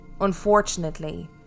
Unfortunately